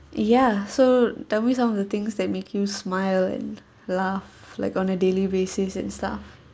ya so tell me some of the things that make you smile and laugh like on a daily basis and stuff